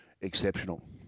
exceptional